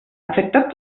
afectat